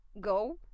go